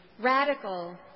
radical